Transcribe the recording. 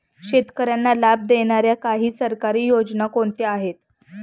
शेतकऱ्यांना लाभ देणाऱ्या काही सरकारी योजना कोणत्या आहेत?